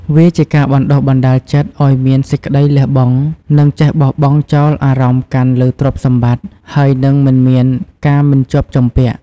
វាជាការបណ្ដុះបណ្ដាលចិត្តឲ្យមានសេចក្ដីលះបង់ និងចេះបោះបង់ចោលអារម្មណ៍កាន់លើទ្រព្យសម្បត្តិ ហើយនិងមិនមានការមិនជាប់ជំពាក់។